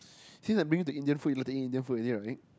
since I bring to you Indian food you like to eat Indian food already right